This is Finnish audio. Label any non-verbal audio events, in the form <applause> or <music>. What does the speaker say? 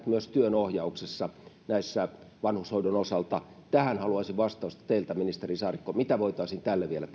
<unintelligible> myös työnohjauksessa vanhushoidon osalta tähän haluaisin vastausta teiltä ministeri saarikko mitä voitaisiin tälle vielä <unintelligible>